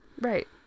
Right